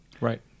right